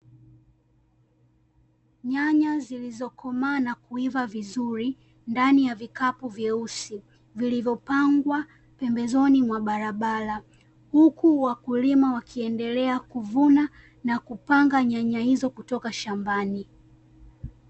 Nyanya zilizokomaa na kuiva vizuri ndani ya vikapu vyeusi vilivyopangwa pembezoni mwa barabara, huku wakulima wakiendelea kuvuna na kupanga nyanya hizo kutoka shambani.